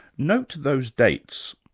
note those dates.